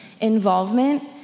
involvement